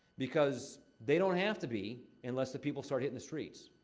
because they don't have to be unless the people start hitting the streets.